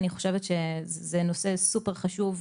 אני חושבת שזה נושא סופר חשוב.